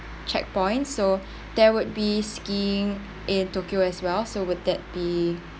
checkpoints so there would be skiing in tokyo as well so would that be